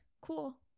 cool